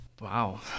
Wow